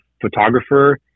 photographer